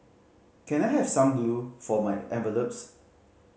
can I have some glue for my envelopes